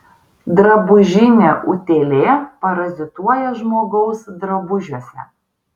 drabužinė utėlė parazituoja žmogaus drabužiuose